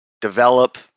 develop